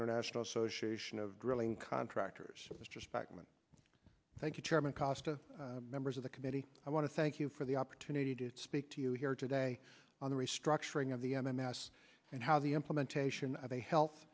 international association of drilling contractors it was just back when thank you chairman cost to members of the committee i want to thank you for the opportunity to speak to you here today on the restructuring of the m m s and how the implementation of a health